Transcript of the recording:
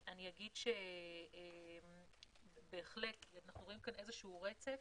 אומר שבהחלט רואים פה רצף.